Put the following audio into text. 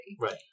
Right